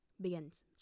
begins